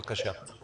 בבקשה.